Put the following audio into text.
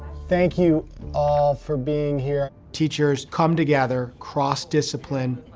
thank you all for being here. teachers come together, cross discipline.